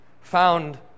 found